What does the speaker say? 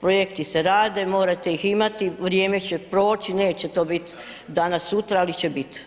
projekti se rade, morate ih imati, vrijeme će proći, neće to biti danas, sutra, ali će biti.